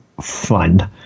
Fund